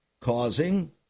causing